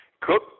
Cook